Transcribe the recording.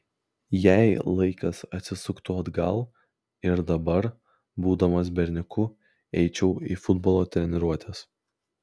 jei laikas atsisuktų atgal ir dabar būdamas berniuku eičiau į futbolo treniruotes